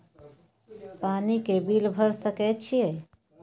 पानी के बिल भर सके छियै?